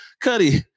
Cuddy